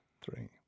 three